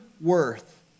worth